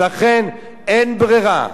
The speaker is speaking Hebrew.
ולכן אין ברירה,